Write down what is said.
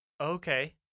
okay